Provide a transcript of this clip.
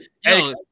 Hey